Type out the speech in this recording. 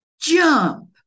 jump